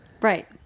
Right